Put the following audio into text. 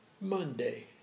Monday